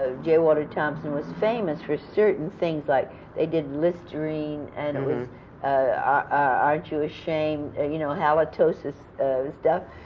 ah j. walter thompson, was famous for certain things like they did listerine, and it was aren't you ashamed, you know, halitosis stuff.